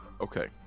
Okay